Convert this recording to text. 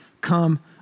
come